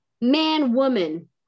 man-woman